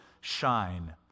shine